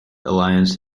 alliance